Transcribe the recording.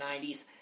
90s